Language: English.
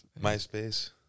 MySpace